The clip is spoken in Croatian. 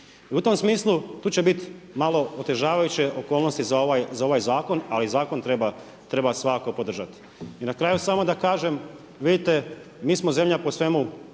I u tom smislu tu će biti malo otežavajuće okolnosti za ovaj zakon ali zakon treba svakako podržati. I na kraju samo da kažem vidite mi smo zemlja po svemu